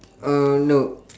uh nope